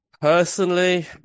personally